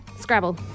Scrabble